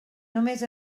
només